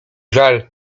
żal